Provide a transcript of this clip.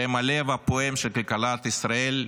שהם הלב הפועם של כלכלת ישראל,